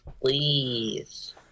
Please